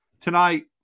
tonight